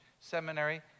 seminary